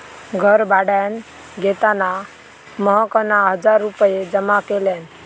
घर भाड्यान घेताना महकना हजार रुपये जमा केल्यान